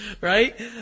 right